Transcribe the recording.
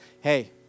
hey